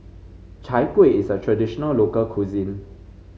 Chai Kueh is a traditional local cuisine